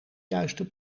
juiste